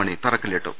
മണി തറക്കല്ലിട്ടു